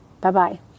Bye-bye